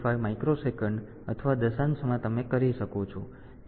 085 microsecond અથવા દશાંશમાં તમે કરી શકો છો